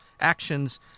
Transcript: actions